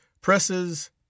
presses